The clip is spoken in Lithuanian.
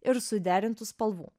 ir suderintų spalvų